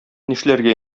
нишләргә